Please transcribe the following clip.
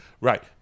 Right